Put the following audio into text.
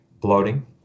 bloating